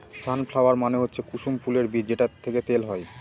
সান flower মানে হচ্ছে কুসুম ফুলের বীজ যেটা থেকে তেল হয়